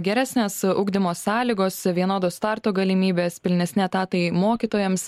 geresnės ugdymo sąlygos vienodos starto galimybės pilnesni etatai mokytojams